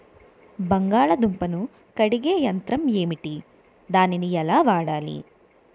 బంగాళదుంప ను కడిగే యంత్రం ఏంటి? ఎలా వాడాలి?